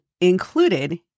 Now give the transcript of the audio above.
included